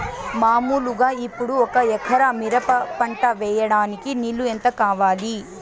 మామూలుగా ఇప్పుడు ఒక ఎకరా మిరప పంట వేయడానికి నీళ్లు ఎంత కావాలి?